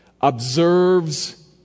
observes